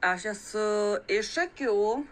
aš esu iš šakių